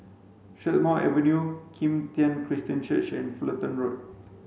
Strathmore Avenue Kim Tian Christian Church and Fullerton Road